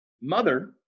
mother